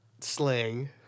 slang